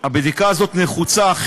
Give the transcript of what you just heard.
שהבדיקה הזאת נחוצה,